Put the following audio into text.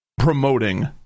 promoting